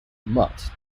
mutt